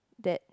that